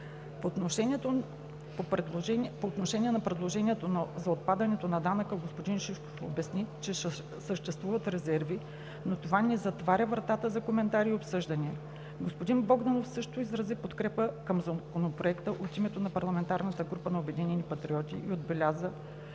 По отношение на предложението за отпадането на данъка господин Шишков обясни, че съществуват резерви, но това не затваря вратата за коментари и обсъждания. Господин Богданов също изрази подкрепа към Законопроекта от името на Парламентарната група на „Обединени патриоти“ и отбеляза,